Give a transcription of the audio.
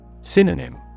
Synonym